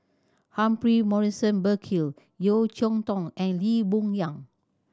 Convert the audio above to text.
Humphrey Morrison Burkill Yeo Cheow Tong and Lee Boon Yang